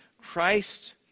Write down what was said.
Christ